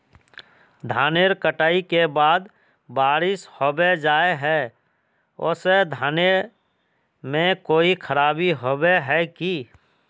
धानेर कटाई के बाद बारिश होबे जाए है ओ से धानेर में कोई खराबी होबे है की?